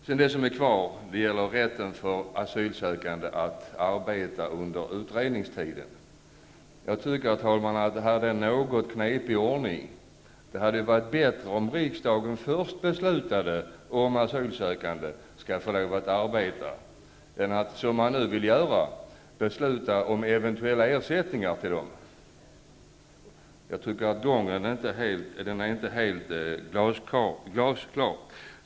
Det som sedan är kvar gäller rätten för asylsökande att arbeta under utredningstiden. Jag tycker, herr talman, att det hade varit bättre om riksdagen först fattade beslut i frågan om asylsökande skall få lov att arbeta, innan man beslutar om möjligheten att ta ut ersättning av den som har inkomst av förvärvsarbete. Det är inte helt glasklart att den i propositionen föreslagna gången är den riktiga.